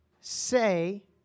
say